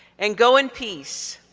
and go in peace,